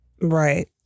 Right